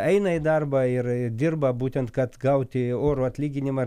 eina į darbą ir ir dirba būtent kad gauti orų atlyginimą